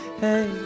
Hey